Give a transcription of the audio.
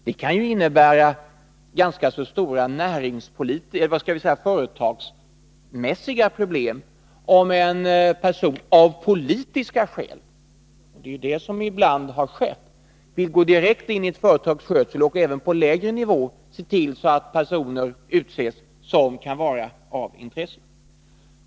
Det kan innebära ganska så stora företagsmässiga problem om ett statsråd av politiska skäl — det är det som ibland har skett — vill gå direkt in i ett företags skötsel och även på lägre nivåer se till att personer utses som kan vara av intresse.